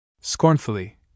scornfully